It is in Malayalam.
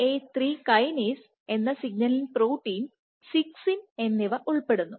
ഐ 3 കൈനാസ് എന്ന സിഗ്നലിംഗ് പ്രോട്ടീൻ സിക്സിൻ എന്നിവഉൾപ്പെടുന്നു